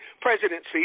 presidency